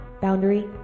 boundary